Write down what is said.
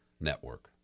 Network